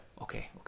Okay